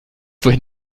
wohin